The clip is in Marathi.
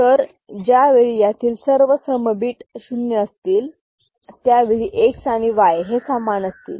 तर ज्यावेळी यातील सर्व सम बीट शून्य असतील त्यावेळी X आणि Y हे समान असतील